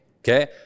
okay